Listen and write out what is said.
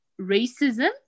racism